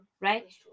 Right